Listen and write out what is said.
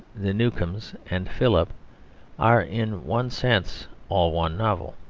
the newcomes, and philip are in one sense all one novel.